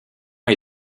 est